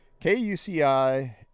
KUCI